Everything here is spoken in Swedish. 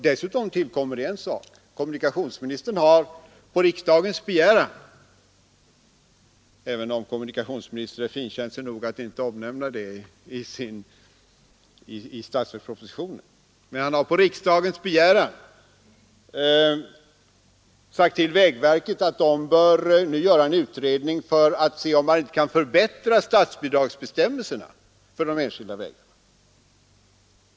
Dessutom tillkommer en sak: Kommunikationsministern har på riksdagens begäran — även om kommunikationsministern är finkänslig nog att inte omnämna riksdagens initiativ i statsverkspropositionen — uppdragit åt vägverket att göra en utredning för att utröna om man inte kan förbättra statsbidragsbestämmelserna för de enskilda vägarna.